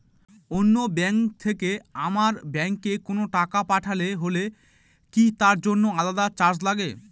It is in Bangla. অন্য ব্যাংক থেকে আমার ব্যাংকে কোনো টাকা পাঠানো হলে কি তার জন্য আলাদা চার্জ লাগে?